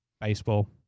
Baseball